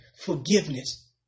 forgiveness